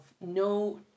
no